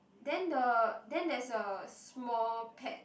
then the then there's a small pet